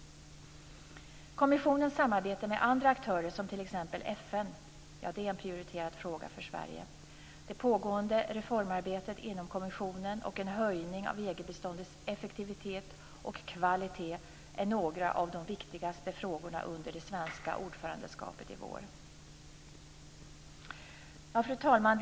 Kommissionens samarbete med andra aktörer, som t.ex. FN, är en prioriterad fråga för Sverige. Det pågående reformarbetet inom kommissionen och en höjning av EG-biståndets effektivitet och kvalitet är några av de viktigaste frågorna under det svenska ordförandeskapet i vår. Fru talman!